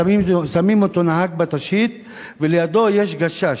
שמים אותו כנהג בט"שית ולידו יש גשש,